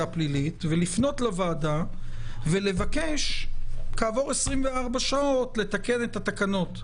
הפלילית ולפנות לוועדה ולבקש כעבור 24 שעות לתקן את התקנות,